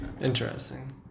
Interesting